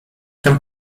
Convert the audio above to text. tam